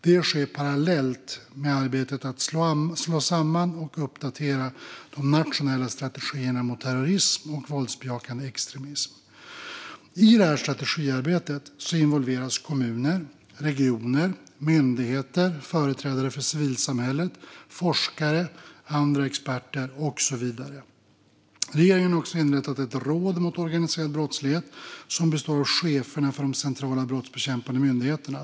Detta sker parallellt med arbetet att slå samman och uppdatera de nationella strategierna mot terrorism och våldsbejakande extremism. I detta strategiarbete involveras kommuner, regioner, myndigheter, företrädare för civilsamhället, forskare, andra experter och så vidare. Regeringen har också inrättat ett råd mot organiserad brottslighet som består av cheferna för de centrala brottsbekämpande myndigheterna.